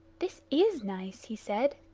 this is nice! he said.